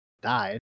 died